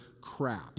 crap